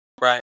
Right